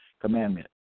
Commandment